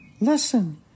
Listen